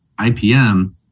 IPM